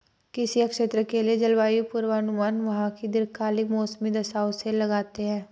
किसी क्षेत्र के लिए जलवायु पूर्वानुमान वहां की दीर्घकालिक मौसमी दशाओं से लगाते हैं